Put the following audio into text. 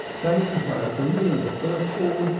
sanctify unto me all the first-born,